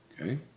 Okay